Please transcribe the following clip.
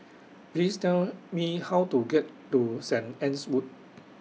Please Tell Me How to get to Saint Anne's Wood